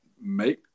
make